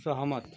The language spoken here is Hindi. सहमत